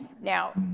Now